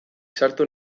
sartu